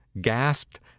gasped